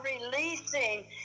releasing